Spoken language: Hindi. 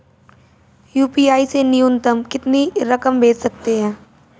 यू.पी.आई से न्यूनतम कितनी रकम भेज सकते हैं?